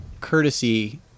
courtesy